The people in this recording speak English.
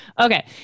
Okay